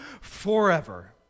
forever